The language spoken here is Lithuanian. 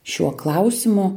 šiuo klausimu